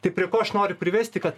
tai prie ko aš noriu privesti kad